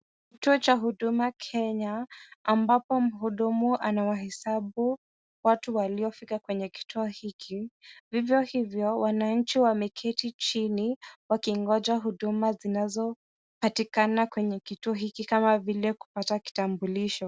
Kituo cha huduma Kenya ambapo mhudumu anawahesabu waliofika kwenye kituo hiki. Vivyo hivyo wananchi wameketi chini wakingoja huduma zinazopatikana kwenye kituo hiki kama vile kupata kitambulisho.